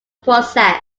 process